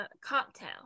cocktail